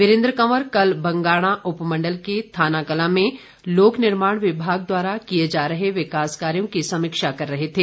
वीरेन्द्र कवर कल बंगाणा उपमंडल के थानाकला में लोक निर्माण विभाग द्वारा किए जा रहे विकास कार्यों की समीक्षा कर रहे थे